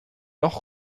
noch